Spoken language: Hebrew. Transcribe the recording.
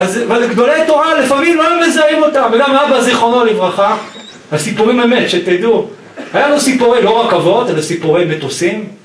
וגדולי תורה לפעמים לא מזהים אותה, וגם אבא זיכרונו לברכה הסיפורים אמת שתדעו, היה לנו סיפורים לא רכבות אלא סיפורי מטוסים